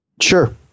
Sure